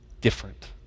different